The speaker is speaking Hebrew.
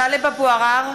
(קוראת בשמות חברי הכנסת) טלב אבו עראר,